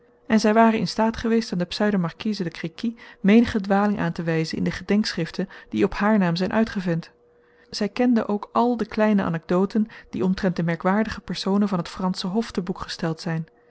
en zij ware in staat geweest aan de pseudo marquise de créqui menige dwaling aan te wijzen in de gedenkschriften die op haar naam zijn uitgevent zij kende ook al de kleine anecdoten die omtrent de merkwaardige personen van het fransche hof te boek gesteld zijn